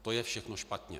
To je všechno špatně.